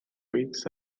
weeks